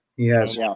Yes